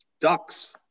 Ducks